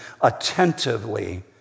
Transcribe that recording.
attentively